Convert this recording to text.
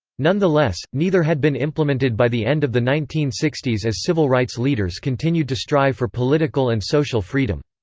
nonetheless, neither had been implemented by the end of the nineteen sixty s as civil rights leaders continued to strive for political and social freedom.